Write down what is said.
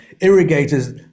Irrigators